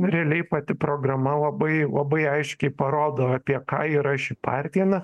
realiai pati programa labai labai aiškiai parodo apie ką yra ši partija na